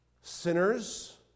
Sinners